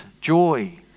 joy